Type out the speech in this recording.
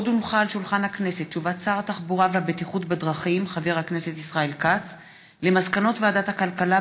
הודעת שר התחבורה והבטיחות בדרכים ישראל כץ על מסקנות ועדת הכלכלה